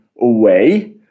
away